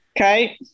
Okay